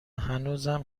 هنوزم